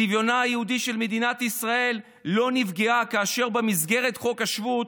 צביונה היהודי של מדינת ישראל לא נפגע כאשר במסגרת חוק השבות